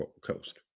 coast